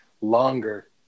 longer